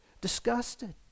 disgusted